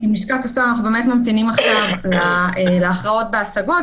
עם לשכת השר אנחנו ממתינים עכשיו להכרעות בהשגות,